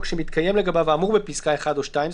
שמתקיים לגביו האמור בפסקה (1) או (2);".